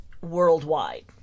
worldwide